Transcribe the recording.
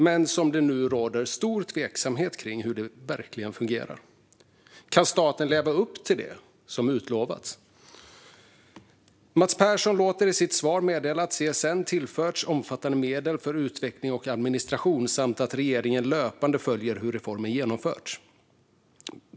Men nu råder stor tveksamhet om hur det verkligen fungerar. Kan staten leva upp till det som utlovats? Mats Persson låter i sitt svar meddela att CSN tillförts omfattande medel för utveckling och administration samt att regeringen löpande följer hur reformen genomförts.